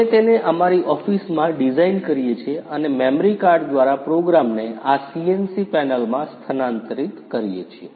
અમે તેને અમારી ઓફિસમાં ડિઝાઇન કરીએ છીએ અને મેમરી કાર્ડ દ્વારા પ્રોગ્રામને આ સીએનસી પેનલમાં સ્થાનાંતરિત કરીએ છીએ